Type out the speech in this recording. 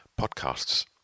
podcasts